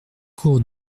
cours